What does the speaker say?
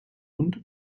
und